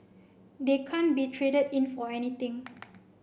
they can't be traded in for anything